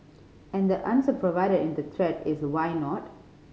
and the answer provided in the thread is why not